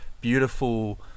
beautiful